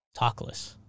Talkless